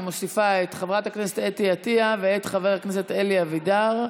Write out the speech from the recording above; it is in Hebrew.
ואני מוסיפה את חברת הכנסת אתי עטייה ואת חבר הכנסת אלי אבידר,